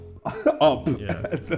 up